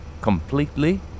completely